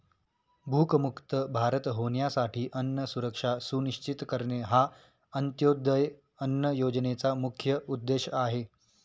भूकमुक्त भारत होण्यासाठी अन्न सुरक्षा सुनिश्चित करणे हा अंत्योदय अन्न योजनेचा मुख्य उद्देश आहे